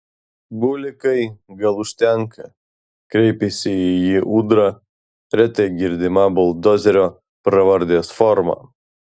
bulikai gal užtenka kreipėsi į jį ūdra retai girdima buldozerio pravardės forma